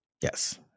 yes